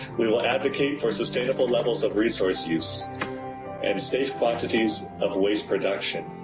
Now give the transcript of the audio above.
we will advocate for sustainable levels of resource use and safe quantities of waste production,